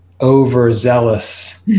overzealous